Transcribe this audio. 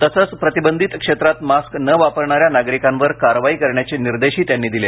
तसेच प्रतिबंधित क्षेत्रात मास्क न वापरणाऱ्या नागरिकांवर कारवाई करण्याचे निर्देशही त्यांनी दिले